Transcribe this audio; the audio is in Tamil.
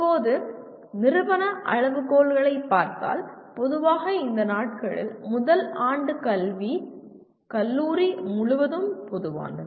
இப்போது நிறுவன அளவுகோல்களை பார்த்தால் பொதுவாக இந்த நாட்களில் முதல் ஆண்டு கல்வி கல்லூரி முழுவதும் பொதுவானது